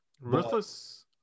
Ruthless